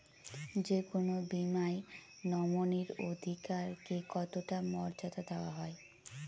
যে কোনো বীমায় নমিনীর অধিকার কে কতটা মর্যাদা দেওয়া হয়?